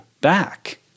back